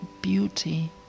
beauty